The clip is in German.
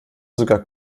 sogar